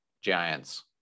Giants